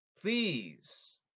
Please